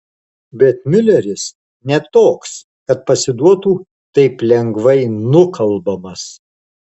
bet miuleris ne toks kad pasiduotų taip lengvai nukalbamas